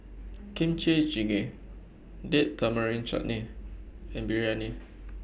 Kimchi Jjigae Date Tamarind Chutney and Biryani